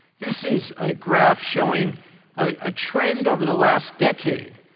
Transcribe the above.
this is a graph showing a trend over the last decade.